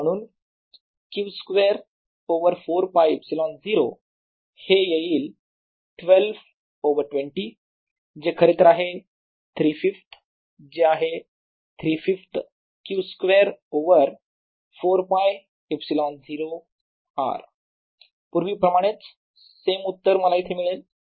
म्हणून Q square over 4 π ε0 हे येईल 12 ओवर 20 जे खरे तर आहे 3 5थ जे आहे 3 5थ Q स्क्वेअर ओवर 4 π ε0R पुर्वी प्रमाणेच सेम उत्तर मला इथे मिळेल